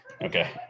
Okay